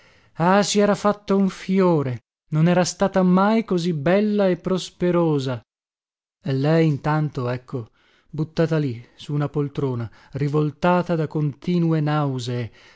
ah si era fatta un fiore non era stata mai così bella e prosperosa e lei intanto ecco buttata lì su una poltrona rivoltata da continue nausee